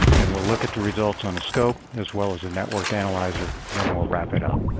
and we'll look at the results on a scope as well as a network analyzer. then we'll wrap it up.